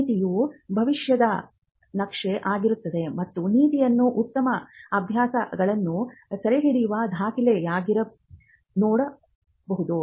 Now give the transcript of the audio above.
ನೀತಿಯು ಭವಿಷ್ಯದ ನಕ್ಷೆ ಆಗಿರುತ್ತದೆ ಮತ್ತು ನೀತಿಯನ್ನು ಉತ್ತಮ ಅಭ್ಯಾಸಗಳನ್ನು ಸೆರೆಹಿಡಿಯುವ ದಾಖಲೆಯಾಗಿಯೂ ನೋಡಲಾಗುತ್ತದೆ